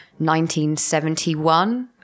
1971